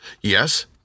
Yes